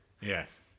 Yes